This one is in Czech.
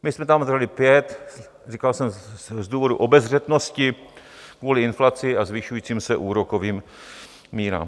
My jsme tam dali 5, říkal jsem z důvodu obezřetnosti kvůli inflaci a zvyšujícím se úrokovým mírám.